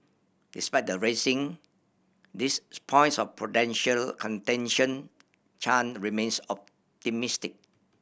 despite raising these points of potential contention Chan remains optimistic